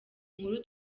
nkuru